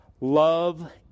love